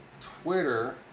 Twitter